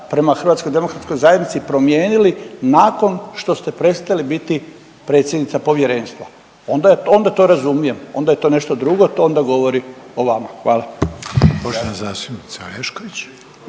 prema Hrvatskoj demokratskoj zajednici promijenili nakon što ste prestali biti predsjednica Povjerenstva. Onda to razumijem, onda je to nešto drugo, to onda govori o vama. Hvala.